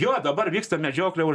jo dabar vyksta medžioklė už